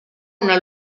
una